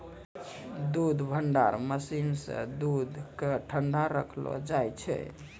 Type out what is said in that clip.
दूध भंडारण मसीन सें दूध क ठंडा रखलो जाय छै